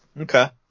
okay